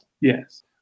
Yes